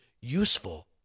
useful